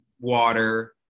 water